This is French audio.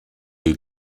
est